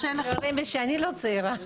אתה אומר שאני לא צעירה?